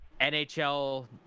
NHL